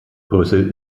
brüssel